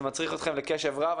זה מצריך אתכם לקשב רב,